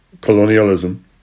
colonialism